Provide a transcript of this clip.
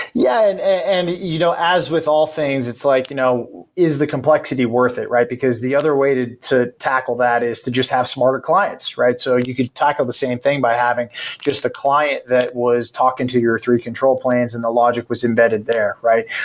yeah and and you know as with all things, it's like you know is the complexity worth it right? because the other way to to tackle that is to just have smarter clients, right? so you could tackle the same thing by having just the client that was talking to your three control plans and the logic was embedded there right?